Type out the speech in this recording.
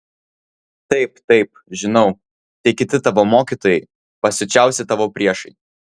taip taip žinau tie kiti tavo mokytojai pasiučiausi tavo priešai